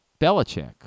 Belichick